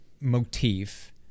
motif